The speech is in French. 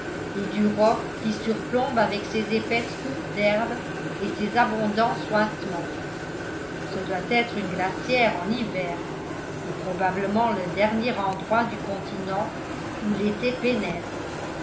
et du roc qui surplombe avec ses épaisses touffes d'herbes et ses abondants suintements ce doit être une glacière en hiver et probablement le dernier endroit du continent où l'été pénètre